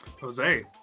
Jose